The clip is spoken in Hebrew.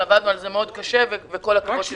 עבדנו על זה מאוד קשה וכל הכבוד על כך.